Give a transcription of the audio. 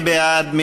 מי בעד?